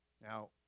Now